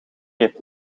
heeft